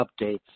updates